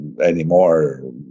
anymore